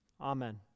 Amen